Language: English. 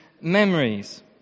memories